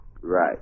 Right